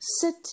sit